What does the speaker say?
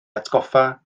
atgoffa